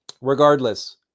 regardless